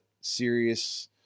serious